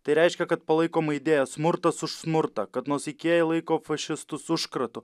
tai reiškia kad palaikoma idėja smurtas už smurtą kad nuosaikieji laiko fašistus užkratu